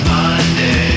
Monday